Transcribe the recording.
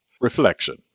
Reflection